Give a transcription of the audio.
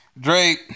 Drake